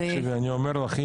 תקשיבי אני אומר לך,